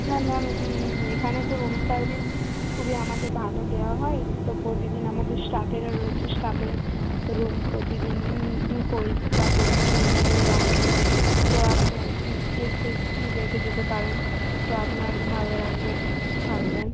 হ্যাঁ ম্যাম আমি এখানে তো রুম সার্ভিস খুবই আমাদের ভালো দেওয়া হয় তো প্রতিদিন আমাদের স্টাফেরা রয়েছে স্টাফেরা রুম প্রতিদিন পরিষ্কার পরিচ্ছন্ন করে রাখে তো আপনি এক দিন এসে দেখে যেতে পারেন তো আপনার ভালো লাগবে থাকবেন